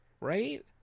Right